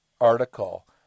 article